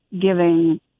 giving